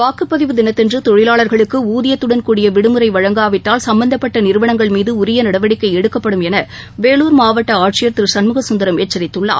வாக்குப்பதிவு தினத்தன்று தொழிலாளர்களுக்கு ஊதியத்தடன் கூடிய விடுமுறை வழங்காவிட்டால் சம்பந்தப்பட்ட நிறுவனங்கள் மீது உரிய நடவடிக்கை எடுக்கப்படும் என வேலூர் மாவட்ட ஆட்சியர் திரு சண்முக சுந்தரம் எச்சரித்துள்ளார்